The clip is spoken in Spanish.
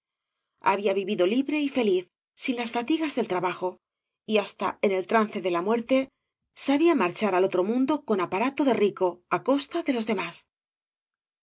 había vivido libre y feliz sin las fatigas del trabajo y hasta en el trance de la muerte sabía marchar gañas y barro al otro mundo con aparato de rico á costa de loe demáe